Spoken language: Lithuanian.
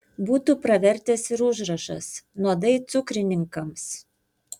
būtų pravertęs ir užrašas nuodai cukrininkams